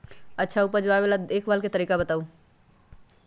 अच्छा उपज पावेला देखभाल के तरीका बताऊ?